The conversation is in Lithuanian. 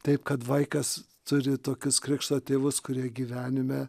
taip kad vaikas turi tokius krikšto tėvus kurie gyvenime